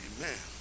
Amen